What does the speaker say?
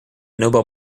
nobel